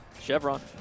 Chevron